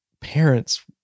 parents